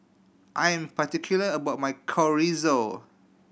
I am particular about my Chorizo